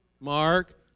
Mark